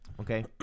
Okay